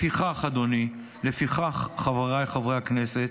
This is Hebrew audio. לפיכך, אדוני, לפיכך, חבריי חברי הכנסת,